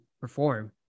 perform